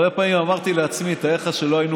הרבה פעמים אמרתי לעצמי: תאר לך שלא היינו